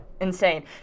Insane